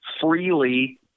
freely